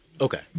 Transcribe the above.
Okay